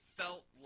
felt